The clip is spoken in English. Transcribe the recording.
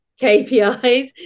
KPIs